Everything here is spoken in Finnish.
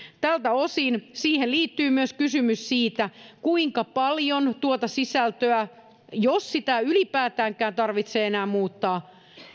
tältä osin siihen liittyy myös kysymys siitä kuinka paljon tuota sisältöä tarvitsee muuttaa jos sitä ylipäätäänkään tarvitsee enää muuttaa